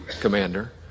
commander